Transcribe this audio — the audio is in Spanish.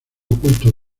oculto